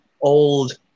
old